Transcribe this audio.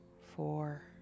four